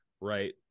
right